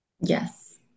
Yes